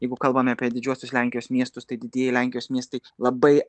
jeigu kalbame apie didžiuosius lenkijos miestus tai didieji lenkijos miestai labai